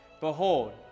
Behold